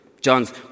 John's